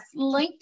LinkedIn